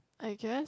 I guess